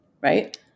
Right